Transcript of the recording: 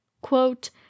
quote